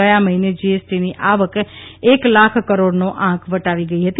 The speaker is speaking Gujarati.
ગયા મહિને જીએસટીની આવક એક લાખ કરોડનો આંક વટાવી ગઇ હતી